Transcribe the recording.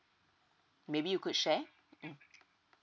maybe you could share mm